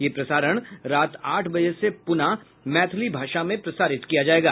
यह प्रसारण रात आठ बजे से पुनः मैथिली भाषा में प्रसारित किया जायेगा